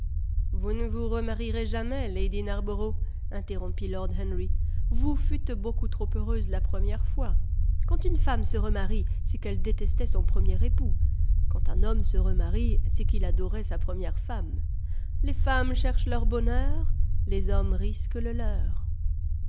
vous ne vous remarierez jamais lady narbo rough interrompit lord henry vous fûtes beaucoup trop heureuse la première fois quand une femme se remarie c'est qu'elle détestait son premier époux quand un homme se remarie c'est qu'il adorait sa première femme les femmes cherchent leur bonheur les hommes risquent le leur